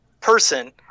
person